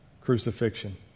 crucifixion